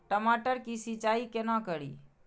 टमाटर की सीचाई केना करी?